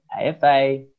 AFA